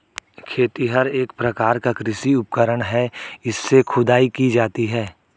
खेतिहर एक प्रकार का कृषि उपकरण है इससे खुदाई की जाती है